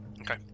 Okay